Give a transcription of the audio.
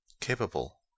capable